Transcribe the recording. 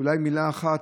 אולי מילה אחת